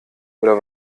oder